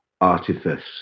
artifice